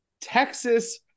Texas